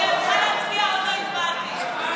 אני צריכה להצביע, עוד לא הצבעתי.